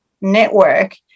network